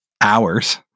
hours